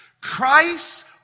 Christ